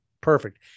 Perfect